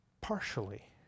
partially